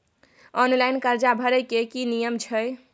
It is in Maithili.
ऑनलाइन कर्जा भरै के की नियम छै?